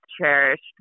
cherished